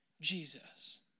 Jesus